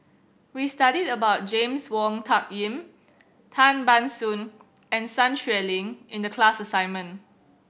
we studied about James Wong Tuck Yim Tan Ban Soon and Sun Xueling in the class assignment